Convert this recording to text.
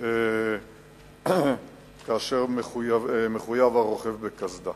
כאשר הרוכב מחויב בקסדה.